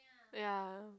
ya